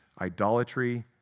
idolatry